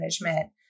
management